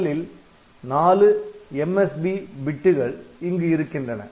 முதலில் 4 MSB மிகு மதிப்பு பிட்டுகள் இங்கு இருக்கின்றன